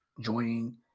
Joining